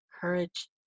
courage